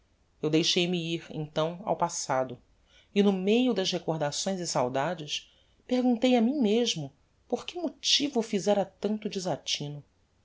eu deixei-me ir então ao passado e no meio das recordações e saudades perguntei a mim mesmo por que motivo fizera tanto desatino